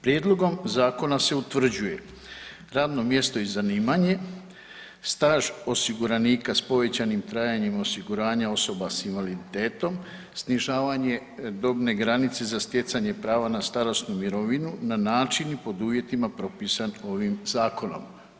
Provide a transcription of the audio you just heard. Prijedlogom zakona se utvrđuje radno mjesto i zanimanje, staž osiguranika s povećanim trajanjem osiguranja osoba s invaliditetom, snižavanje dobne granice za stjecanje prava na starosnu mirovinu na način i pod uvjetima propisan ovim zakonom.